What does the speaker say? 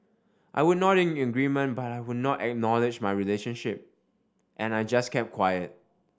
I would nod in agreement but I would not acknowledge my relationship and I just kept quiet